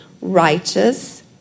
righteous